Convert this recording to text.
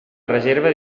reserva